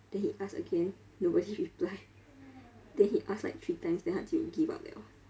then he ask again nobody reply then he ask like three times then until he give up liao